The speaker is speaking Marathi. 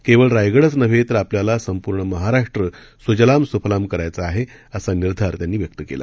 केवळ रायगडच नव्हे तर आपल्याला संपूर्ण महाराष्ट्र सुजलाम सुफलाम करायचा आहे असा निर्धार त्यांनी व्यक्त केला